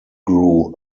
grew